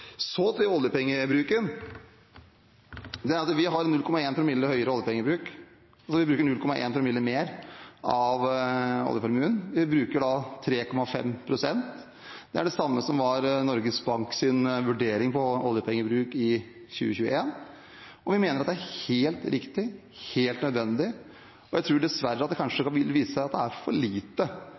Så til oljepengebruken. Vi har 0,1 promille høyere oljepengebruk. Vi bruker 0,1 promille mer av oljeformuen. Vi bruker 3,5 pst. Det er det samme som Norges Banks vurdering av oljepengebruk for 2021. Vi mener det er helt riktig, helt nødvendig, og jeg tror dessverre det kanskje vil vise seg å være for lite fordi ledigheten er så høy. Det er en bevisst prioritering. Vi vil få folk i arbeid. Det er en jobb for